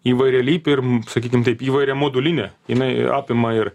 įvairialypė irm sakykim taip įvairiamodulinė jinai apima ir